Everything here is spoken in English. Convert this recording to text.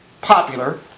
popular